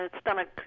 Stomach